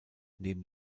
neben